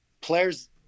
players